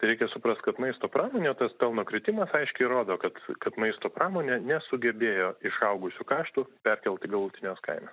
reikia suprast kad maisto pramonėj tas pelno kritimas aiškiai rodo kad kad maisto pramonė nesugebėjo išaugusių kaštų perkelti galutinės kainos